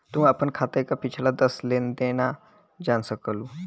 तू आपन खाते क पिछला दस लेन देनो जान सकलू